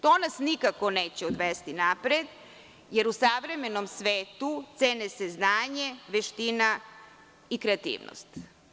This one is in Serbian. To nas nikako neće odvesti unapred, jer u savremenom svetu cene se znanje, veština i kreativnost.